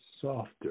softer